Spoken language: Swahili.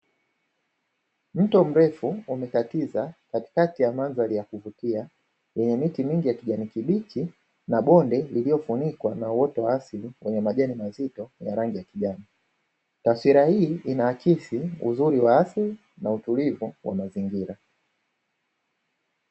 Mto mrefu umekatiza katikati ya mandhari ya kuvutia yevye miti mingi ya kijani kibichi na bonde lililofunikwa na uoto wa asili lenye majani mazito ya rangi ya kijani. Taswira hii inaakisi uzuri wa asili na utulivu wa mazingira.